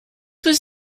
was